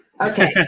Okay